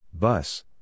Bus